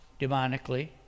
demonically